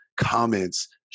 comments